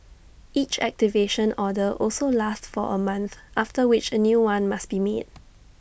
each activation order also lasts for A month after which A new one must be made